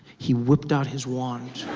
he whipped out his wand.